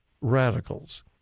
radicals